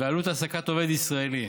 לעלות העסקת עובד ישראלי.